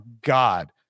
God